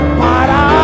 para